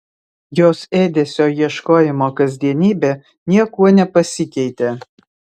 jos ėdesio ieškojimo kasdienybė niekuo nepasikeitė